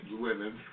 women